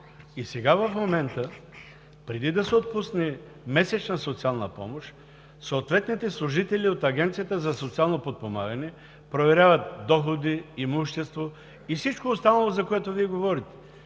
и сега преди да се отпусне месечна социална помощ, съответните служители от Агенцията за социално подпомагане проверяват доходи, имущество и всичко останало, за което Вие говорите.